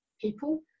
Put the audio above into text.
people